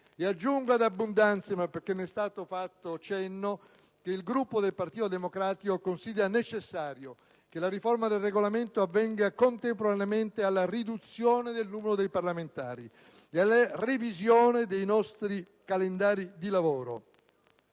E aggiungo *ad abundantiam* - perché ne è già stato fatto cenno - che il Gruppo del Partito Democratico considera necessario che la riforma del Regolamento avvenga contemporaneamente alla riduzione del numero dei parlamentari ed alla revisione dei nostri Calendari di lavoro.